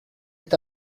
est